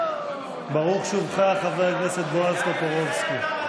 ברוך שובך, חבר הכנסת בועז טופורובסקי.